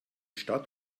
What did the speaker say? stadt